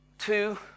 Two